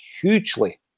hugely